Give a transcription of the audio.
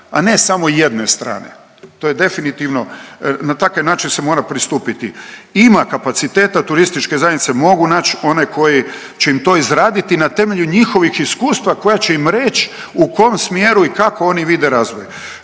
a ne samo jedne strane to je definitivno na takav način se mora pristupiti. Ima kapaciteta TZ mogu nać one koji će im to izraditi i na temelju njihovih iskustva koja će im reć u kom smjeru i kako oni vide razvoj.